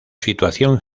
situación